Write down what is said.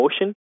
motion